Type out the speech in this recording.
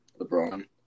LeBron